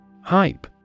Hype